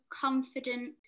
confident